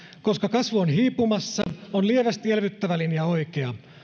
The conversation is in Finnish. koska kasvu on hiipumassa on lievästi elvyttävä linja oikea